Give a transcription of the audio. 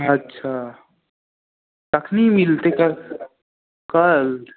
अच्छा कखनी मिलतै कल